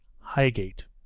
Highgate